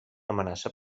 amenaça